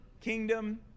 kingdom